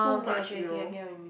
orh okay okay okay I get what you mean